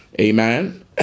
amen